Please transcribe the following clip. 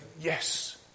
yes